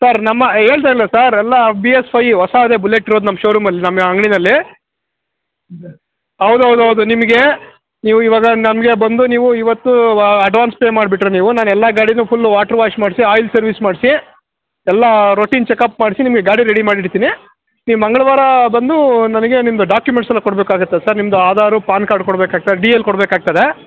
sir ನಮ್ಮ ಹೇಳಿದೆ ಅಲ್ಲ ಸರ್ ಎಲ್ಲ ಬಿ ಎಸ್ ಫೈವ್ ಹೊಸಾದೇ ಬುಲ್ಲೆಟ್ ಇರೋದು ನಮ್ಮ ಶೋರೂಮಲ್ಲಿ ನಮ್ಮ ಅಂಗಡಿನಲ್ಲಿ ಹೌದೌದೌದು ನಿಮಗೆ ನೀವು ಇವಾಗ ನಮಗೆ ಬಂದು ನೀವು ಇವತ್ತು ಅಡ್ವಾನ್ಸ್ ಪೇ ಮಾಡ್ಬಿಟ್ರೆ ನೀವು ನಾನೆಲ್ಲ ಗಾಡಿನು ಫುಲ್ ವಾಟರ್ ವಾಶ್ ಮಾಡಿಸಿ ಆಯಿಲ್ ಸರ್ವಿಸ್ ಮಾಡಿಸಿ ಎಲ್ಲ ರೂಟೀನ್ ಚೆಕ್ಅಪ್ ಮಾಡಿಸಿ ನಿಮಗೆ ಗಾಡಿ ರೆಡಿ ಮಾಡಿ ಇಡ್ತೀನಿ ನೀವು ಮಂಗಳವಾರ ಬಂದು ನನಗೆ ನಿಮ್ಮದು ಡಾಕ್ಯುಮೆಂಟ್ಸ್ ಎಲ್ಲ ಕೊಡಬೇಕಾಗುತ್ತೆ ಸರ್ ನಿಮ್ಮದು ಆಧಾರ್ ಪಾನ್ ಕಾರ್ಡ್ ಕೊಡಬೇಕಾಗ್ತದೆ ಡಿ ಎಲ್ ಕೊಡಬೇಕಾಗ್ತದೆ